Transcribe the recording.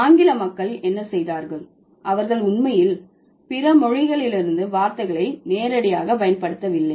ஆங்கில மக்கள் என்ன செய்தார்கள் அவர்கள் உண்மையில் பிற மொழிகளிலிருந்து வார்த்தைகளை நேரடியாக பயன்படுத்தவில்லை